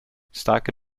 staken